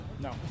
No